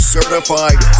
Certified